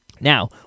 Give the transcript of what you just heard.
Now